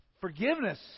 forgiveness